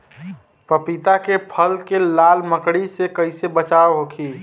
पपीता के फल के लाल मकड़ी से कइसे बचाव होखि?